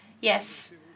Yes